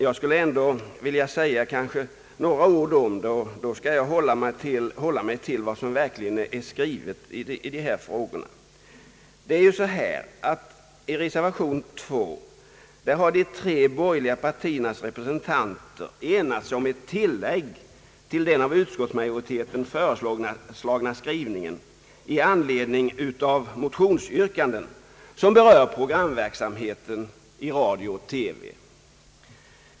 Jag skall säga några ord i det här stycket, och då skall jag hålla mig till vad som verkligen är skrivet. I reservation 2 har de borgerliga partiernas representanter enats om ett tilllägg till den av utskottsmajoriteten föreslagna skrivningen i anledning av motionsyrkanden som berör programverksamheten i radio och TV.